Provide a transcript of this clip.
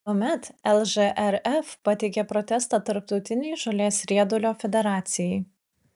tuomet lžrf pateikė protestą tarptautinei žolės riedulio federacijai